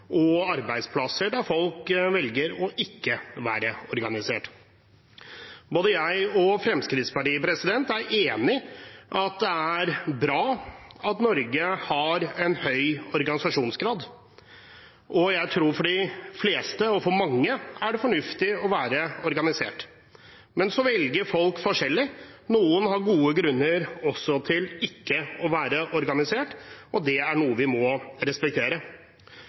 på arbeidsplasser der folk velger ikke å være organisert. Både Fremskrittspartiet og jeg er enig i at det er bra at Norge har en høy organisasjonsgrad, og jeg tror at for de fleste er det fornuftig å være organisert. Men så velger folk forskjellig – noen har også gode grunner til ikke å være organisert, og det er noe vi må respektere.